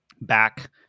back